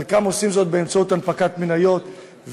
חלקם עושים זאת באמצעות הנפקת מניות,